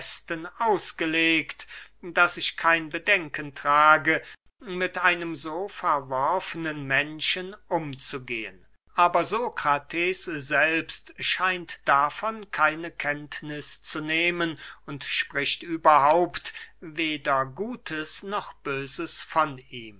ausgelegt daß ich kein bedenken trage mit einem so verworfnen menschen umzugehen aber sokrates selbst scheint davon keine kenntniß zu nehmen und spricht überhaupt weder gutes noch böses von ihm